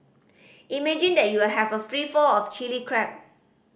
imagine that you will have a free flow of Chilli Crab